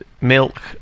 Milk